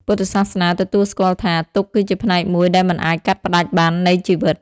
ពុទ្ធសាសនាទទួលស្គាល់ថា ទុក្ខគឺជាផ្នែកមួយដែលមិនអាចកាត់ផ្ដាច់បាននៃជីវិត។